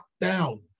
down